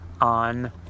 on